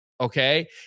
okay